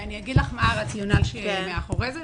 אני אגיד לך מה הרציונל שמאחורי זה,